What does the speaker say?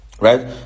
right